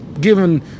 given